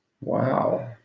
Wow